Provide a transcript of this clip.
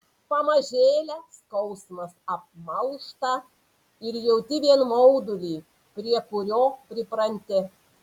pamažėle skausmas apmalšta ir jauti vien maudulį prie kurio pripranti